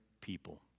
people